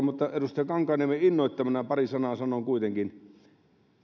mutta edustaja kankaanniemen innoittamana pari sanaa sanon kuitenkin